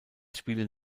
spielen